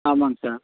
ஆமாங்க சார்